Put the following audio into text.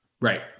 Right